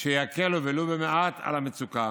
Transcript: שיקלו ולו במעט על המצוקה.